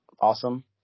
awesome